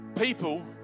people